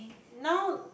now